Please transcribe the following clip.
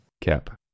Cap